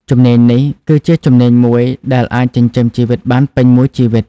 ជំនាញនេះគឺជាជំនាញមួយដែលអាចចិញ្ចឹមជីវិតបានពេញមួយជីវិត។